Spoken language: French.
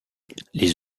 les